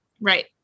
Right